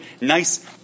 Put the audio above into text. nice